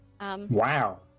Wow